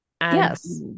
yes